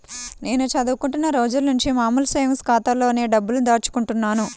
నేను చదువుకుంటున్న రోజులనుంచి మామూలు సేవింగ్స్ ఖాతాలోనే డబ్బుల్ని దాచుకుంటున్నాను